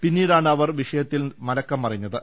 പിന്നീടാണ് അവർ വിഷയത്തിൽ നിന്ന് മലക്കം മറിഞ്ഞത്